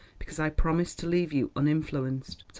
because i promised to leave you uninfluenced.